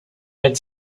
had